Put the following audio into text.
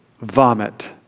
vomit